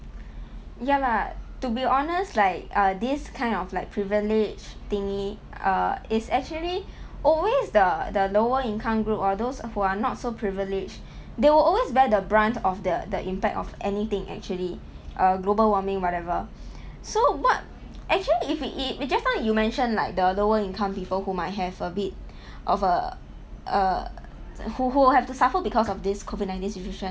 ya lah to be honest like uh this kind of like privilege thingy err is actually always the the lower income group or those who are not so privileged they will always bear the brunt of the the impact of anything actually err global warming whatever so what actually if we if we just now you mentioned like the lower income people who might have a bit of a a who who have to suffer because of this COVID nineteen situation